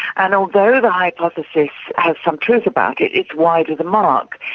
and although the hypothesis has some truth about it, it's wide of the mark,